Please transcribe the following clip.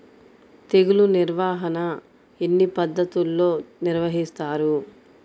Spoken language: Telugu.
తెగులు నిర్వాహణ ఎన్ని పద్ధతుల్లో నిర్వహిస్తారు?